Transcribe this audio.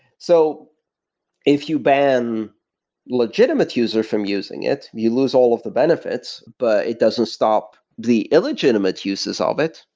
so if you ban legitimate user from using it, you lose all of the benefits, but it doesn't stop the illegitimate uses ah of it.